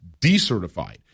decertified